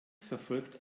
verfolgt